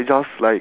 ready or not